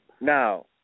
now